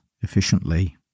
efficiently